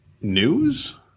news